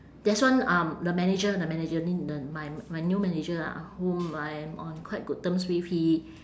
there's one um the manager the manager n~ the my my new manager ah whom I am on quite good terms with he